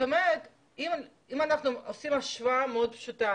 אם אנחנו עושים השוואה מאוד פשוטה,